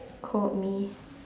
called me